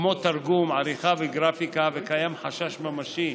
כמו תרגום, עריכה וגרפיקה, וקיים חשש ממשי